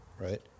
Right